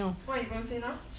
what you gonna say now